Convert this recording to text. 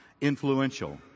influential